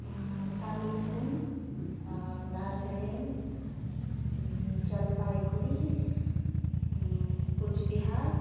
Kalimpong Darjeeling Jalpaiguri Cooch Behar